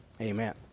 Amen